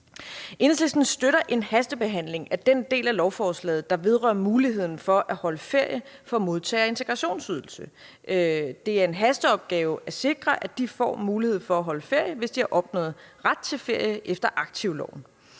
Enhedslisten støtter en hastebehandling af den del af lovforslaget, der vedrører muligheden for at holde ferie for modtagere af integrationsydelse. Det er en hasteopgave at sikre, at de får mulighed for at holde ferie, hvis de har opnået ret til ferie efter aktivloven.